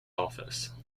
office